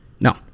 No